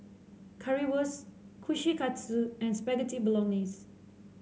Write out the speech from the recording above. Currywurst Kushikatsu and Spaghetti Bolognese